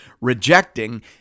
rejecting